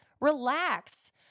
relax